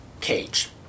Cage